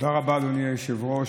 תודה רבה, אדוני היושב-ראש.